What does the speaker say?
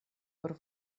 por